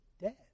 dead